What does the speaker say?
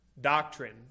doctrine